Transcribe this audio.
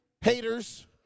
haters